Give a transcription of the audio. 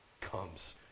comes